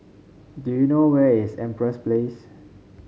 do you know where is Empress Place